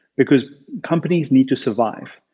because companies need to survive.